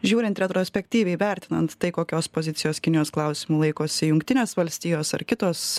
žiūrint retrospektyviai vertinant tai kokios pozicijos kinijos klausimu laikosi jungtinės valstijos ar kitos